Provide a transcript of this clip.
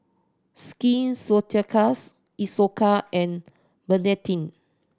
Skin Ceuticals Isocal and Betadine